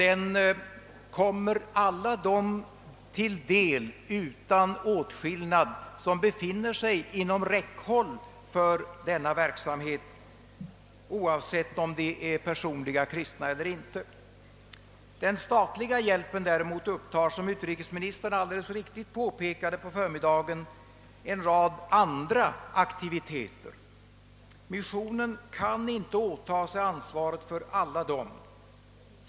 Evangelisationens frukter kommer alla som befinner sig inom räckhåll för denna verksamhet till del utan åtskillnad, oavsett om de är personligt kristna eller inte. Den statliga hjälpen upptar, som utrikesministern på förmiddagen alldeles riktigt påpekade, en rad andra aktiviteter. Missionen kan inte åta sig ansvaret för alla dessa.